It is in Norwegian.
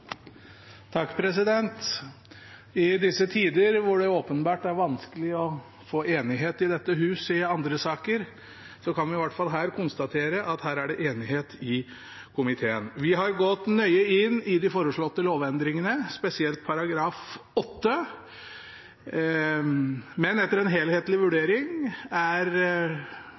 I disse tider, da det åpenbart er vanskelig å få enighet i dette hus i andre saker, kan vi i hvert fall konstatere at her er det enighet i komiteen. Vi har gått nøye inn i de foreslåtte lovendringene, spesielt i § 8. Etter en helhetlig vurdering er